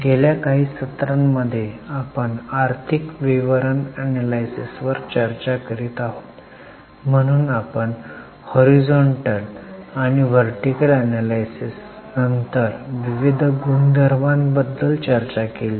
गेल्या काही सत्रांमध्ये आपण आर्थिक विवरण एनलायसिस वर चर्चा करीत आहोत म्हणून आपण हॉरिझॉन्टल वर्टीकल एनलायसिस नंतर विविध गुणधर्मां बद्दल चर्चा केली